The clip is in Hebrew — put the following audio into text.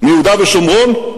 מיהודה ושומרון,